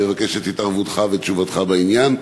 ומבקש את התערבותך ותשובתך בעניין.